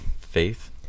faith